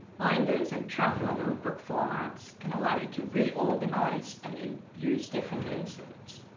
binders and traveler notebook-formats can allow you to reorganise and and use different inserts.